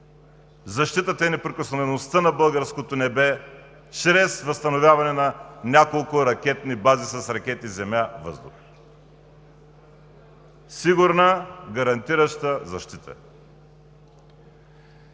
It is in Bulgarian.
защитата и неприкосновеността на българското небе чрез възстановяване на няколко ракетни бази с ракети „земя-въздух“ – сигурна и гарантираща защита.